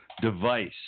device